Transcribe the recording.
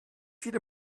viele